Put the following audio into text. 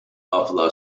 buffalo